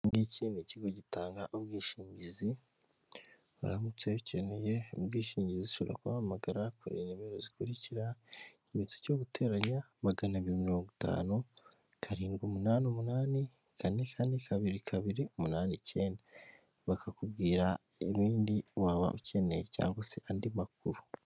Iki ngiki ni kigo gitanga ubwishingizi, uramutse ubikeneye ubwishingizi ushobora kuba wahamagara kuri nimero zikurikira, ikimenyetso cyo guteranya magana abiri mirongo itanu, karindwi, umunani, umunani, kane gatanu, kabiri kabiri, umunani, icyenda, bakakubwira ibindi waba ukeneye cyangwa se andi makuru.